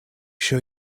sure